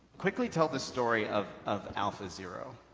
quickly tell the story of of alphazero.